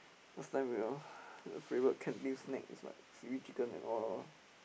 last time your favourite canteen snack is what seaweed chicken and or